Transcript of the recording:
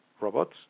robots